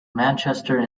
manchester